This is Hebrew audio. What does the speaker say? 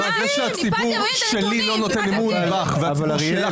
נעמה, זה שהציבור שלי לא נותן בך אמון